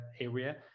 area